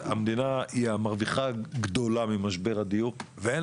בנושא זינוק בהכנסות המדינה משיווק וממיסוי דירות חדשות ובחינת